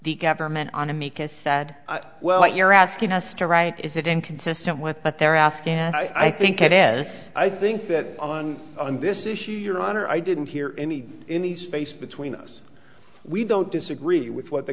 the government on amicus sad well you're asking us to write is it inconsistent with what they're asking and i think yes i think that on this issue your honor i didn't hear any any space between us we don't disagree with what the